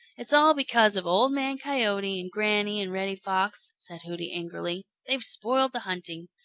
it's all because of old man coyote and granny and reddy fox, said hooty angrily. they've spoiled the hunting.